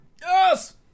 Yes